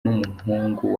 n’umuhungu